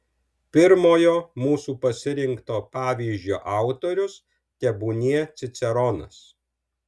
pirmojo mūsų pasirinkto pavyzdžio autorius tebūnie ciceronas